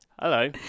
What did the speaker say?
hello